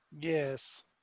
Yes